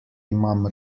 imam